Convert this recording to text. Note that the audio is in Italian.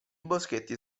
boschetti